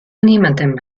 niemandem